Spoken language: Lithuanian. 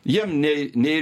jiem nei nei